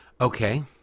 Okay